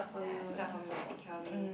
ya stood up for me like take care of me